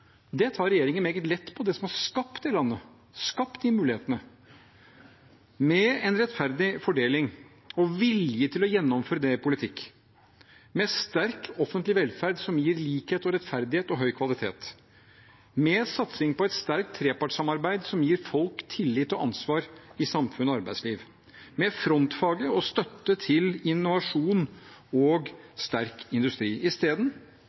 på, tar regjeringen meget lett på, det som har skapt det landet, skapt de mulighetene, med en rettferdig fordeling og vilje til å gjennomføre det i politikk, med sterk offentlig velferd som gir likhet, rettferdighet og høy kvalitet, med satsing på et sterkt trepartssamarbeid som gir folk tillit og ansvar i samfunn og arbeidsliv, og med frontfaget og støtte til innovasjon og sterk industri.